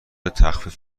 تخفیف